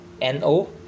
NO